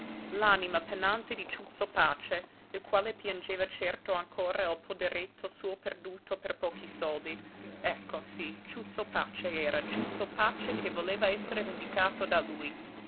l'anima penante di ciuzzo pace il quale piangeva certo ancora il poderetto suo perduto per pochi soldi ecco sí ciuzzo pace era ciuzzo pace che voleva essere vendicato da lui